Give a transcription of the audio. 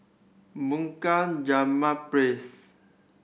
Bunga Rampai Place